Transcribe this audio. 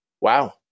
Wow